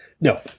No